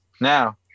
now